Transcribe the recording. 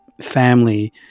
family